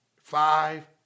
Five